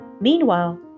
Meanwhile